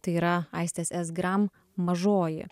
tai yra aistės s gram mažoji